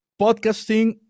Podcasting